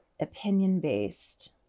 opinion-based